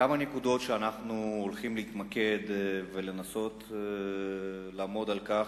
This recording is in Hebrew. כמה נקודות שאנחנו הולכים להתמקד ולנסות לעמוד על כך